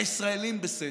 הישראלים בסדר,